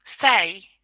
say